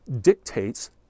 dictates